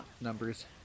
numbers